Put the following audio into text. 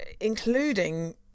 including